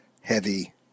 heavy